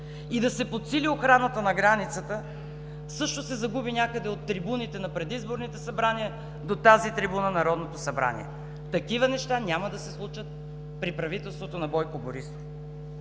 и да се подсили охраната на границата, също се загуби някъде от трибуните на предизборните събрания до трибуната на Народното събрание. Такива неща няма да се случат при правителството на Бойко Борисов.